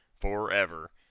forever